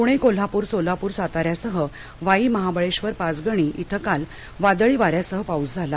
पुणे कोल्हापूर सोलापूर साता यासह वाई महाबळेश्वर पाचगणी इथं काल वादळी वा यासह पाऊस झाला